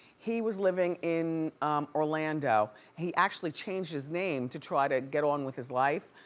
he was living in orlando. he actually changed his name to try to get on with his life,